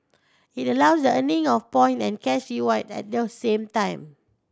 it allows earning of point and cash reward at the same time